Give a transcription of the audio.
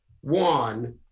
One